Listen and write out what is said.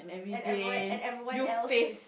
and everyone and everyone else is